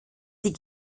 die